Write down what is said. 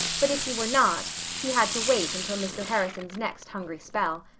but if he were not, he had to wait until mr. harrison's next hungry spell.